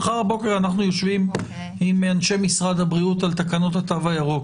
מחר בבוקר אנחנו יושבים עם אנשי משרד הבריאות על תקנות התו הירוק.